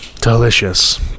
delicious